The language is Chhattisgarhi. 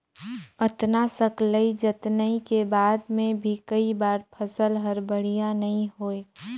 अतना सकलई जतनई के बाद मे भी कई बार फसल हर बड़िया नइ होए